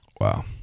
Wow